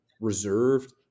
reserved